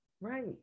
right